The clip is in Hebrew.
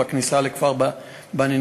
בכניסה לכפר בני-נעים.